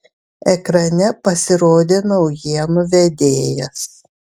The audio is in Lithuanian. ekrane pasirodė naujienų vedėjas